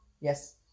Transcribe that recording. Yes